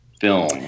film